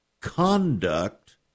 conduct